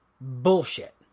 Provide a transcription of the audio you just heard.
bullshit